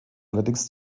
allerdings